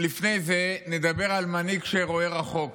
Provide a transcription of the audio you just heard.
לפני זה, נדבר על מנהיג שרואה רחוק